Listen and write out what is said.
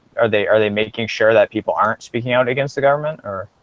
are they are they making sure that people aren't speaking out against the government or?